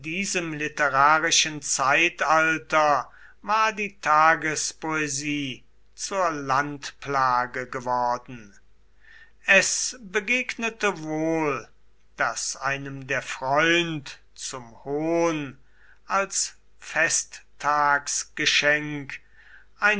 diesem literarischen zeitalter war die tagespoesie zur landplage geworden es begegnete wohl daß einem der freund zum hohn als